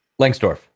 Langsdorf